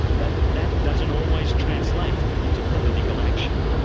but that doesn't always translate into political action.